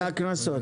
אלה הקנסות.